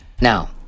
Now